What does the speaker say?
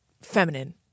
feminine